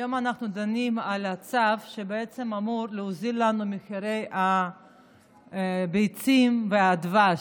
היום אנחנו דנים על הצו שאמור להוזיל לנו את הביצים והדבש.